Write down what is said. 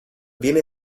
viene